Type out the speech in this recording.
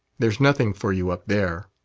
there's nothing for you up there.